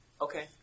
Okay